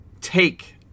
take